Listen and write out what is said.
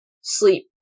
sleep